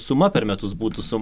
suma per metus būtų su